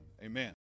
Amen